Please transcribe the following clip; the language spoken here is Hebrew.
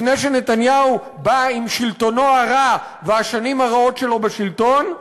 לפני שנתניהו בא עם שלטונו הרע והשנים הרעות שלו בשלטון,